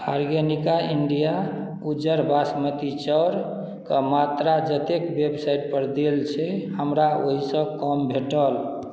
organic India उज्जर बासमती चाउरके मात्रा जतेक वेबसाइटपर देल छै हमरा ओहिसँ कम भेटल